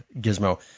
gizmo